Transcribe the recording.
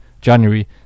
January